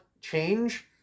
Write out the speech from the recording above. change